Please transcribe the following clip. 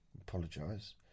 apologise